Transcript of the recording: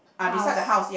house